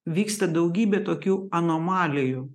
vyksta daugybė tokių anomalijų